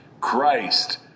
Christ